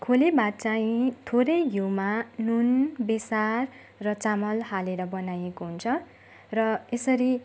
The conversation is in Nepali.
खोले भात चाहिँ थोरै घिउमा नुन बेसार र चामल हालेर बनाइएको हुन्छ र यसरी